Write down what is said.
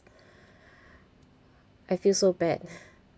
I feel so bad